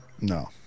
No